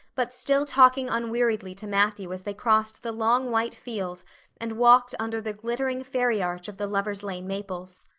but still talking unweariedly to matthew as they crossed the long white field and walked under the glittering fairy arch of the lover's lane maples.